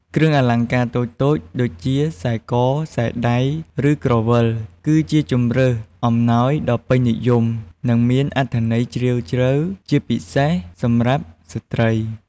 គ្រឿងអលង្ការតូចៗ ដូចជា ខ្សែក ខ្សែដៃ ឬក្រវិល គឺជាជម្រើសអំណោយដ៏ពេញនិយម និងមានអត្ថន័យជ្រាលជ្រៅ ជាពិសេសសម្រាប់ស្ត្រី។